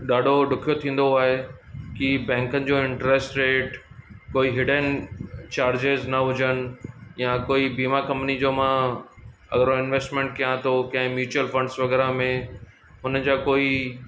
ॾाढो ॾुखियो थींदो आहे की बैंकनि जो इंट्रस्ट रेट कोई हिडन चार्ज़िस न हुजनि या कोई बीमा कंपनी जो मां अगरि इंवेस्टमेंट कयां थो कंहिं म्यूचल फंड्स वग़ैरह में उन जा कोई